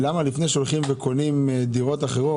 למה לפני שהולכים וקונים דירות נוספות,